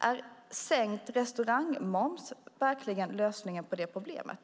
Är sänkt restaurangmoms verkligen lösningen på problemet?